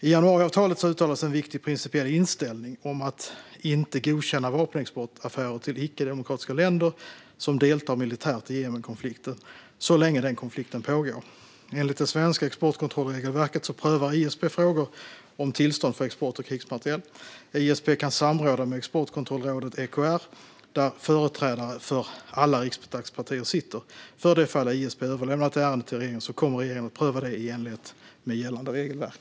I januariavtalet uttalas en viktig principiell inställning om att inte godkänna vapenexportaffärer med icke-demokratiska länder som deltar militärt i Jemenkonflikten så länge konflikten pågår. Enligt det svenska exportkontrollregelverket prövar ISP frågor om tillstånd för export av krigsmateriel. ISP kan samråda med Exportkontrollrådet, EKR, där företrädare för alla riksdagspartier sitter. För det fall ISP överlämnar ett ärende till regeringen kommer regeringen att pröva det i enlighet med gällande regelverk.